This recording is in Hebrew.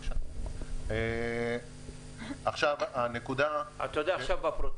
העמידות של אוכלוסיית המטרה בנושא הזה למחלה